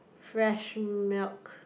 fresh milk